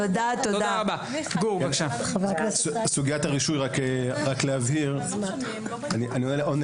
סוגיית הרישוי רק להבהיר - אני עונה